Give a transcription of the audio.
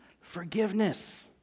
forgiveness